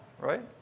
right